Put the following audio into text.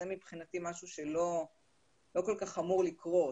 זה מבחינתי משהו שלא כל כך אמור לקרות.